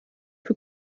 für